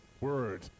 word